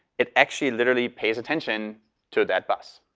it actually literally pays attention to that bus,